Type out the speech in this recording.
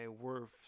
worth